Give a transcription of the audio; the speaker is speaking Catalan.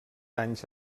anys